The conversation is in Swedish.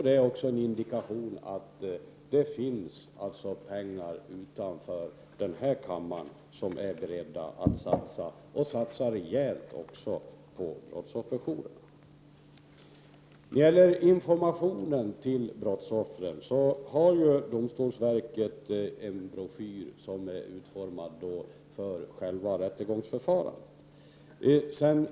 Det är också en indikation på att det finns de utanför den här kammaren som är beredda att satsa och också satsa rejält på brottsofferjourer. När det gäller informationen till brottsoffren vill jag nämna att domstolsverket har en broschyr som är utformad för själva rättegångsförfarandet.